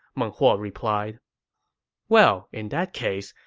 meng huo replied well in that case,